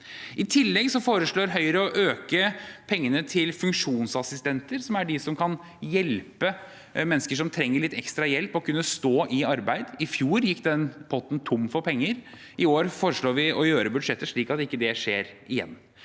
I tillegg foreslår Høyre å øke bevilgningen til funksjonsassistenter, som er de som kan hjelpe mennesker som trenger litt ekstra hjelp, med å kunne stå i arbeid. I fjor gikk den potten tom for penger. I år foreslår vi å gjøre budsjettet slik at det ikke skjer igjen.